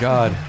God